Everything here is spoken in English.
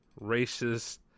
racist